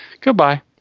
Goodbye